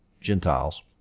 Gentiles